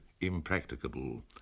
impracticable